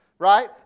Right